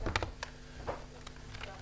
ננעלה בשעה 10:55.